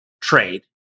trade